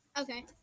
Okay